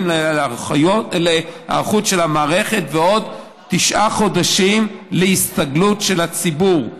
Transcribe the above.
להיערכות של המערכת ועוד תשעה חודשים להסתגלות של הציבור.